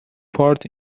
part